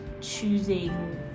choosing